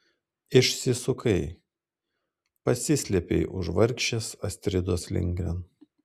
išsisukai pasislėpei už vargšės astridos lindgren